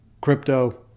crypto